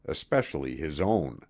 especially his own.